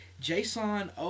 Jason